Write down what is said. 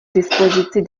dispozici